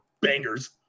bangers